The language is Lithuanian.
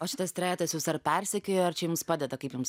o šitas trejetas jus ar persekioja ar čia jums padeda kaip jums